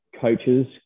coaches